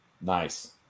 Nice